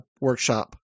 workshop